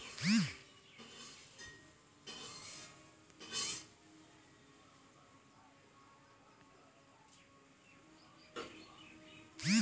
पुष्प अनेक रंगो रो देखै लै हमरा सनी के मिलै छै